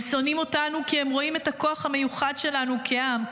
הם שונאים אותנו כי הם רואים את הכוח המיוחד שלנו כעם,